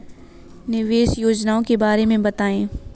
निवेश योजनाओं के बारे में बताएँ?